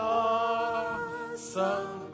awesome